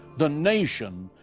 the nation,